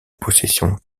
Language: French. possession